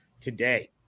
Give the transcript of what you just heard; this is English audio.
today